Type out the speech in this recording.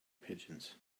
pigeons